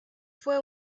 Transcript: fue